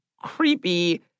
creepy